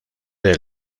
del